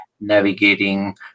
navigating